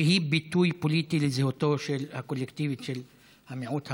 שהיא ביטוי פוליטי לזהותו הקולקטיבית של המיעוט הערבי.